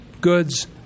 goods